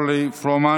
חברת הכנסת אורלי פרומן,